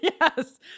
Yes